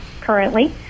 currently